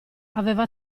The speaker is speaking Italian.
aveva